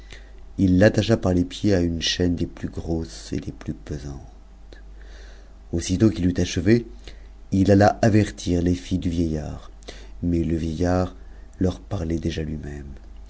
il l'attacha par les pieds n une chaîne des plus grosses et des plus pesantes aussitôt qu'il eut aehew il alla avertir les filles du vieillard mais le vieillard leur parlait déjà luimême